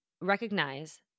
recognize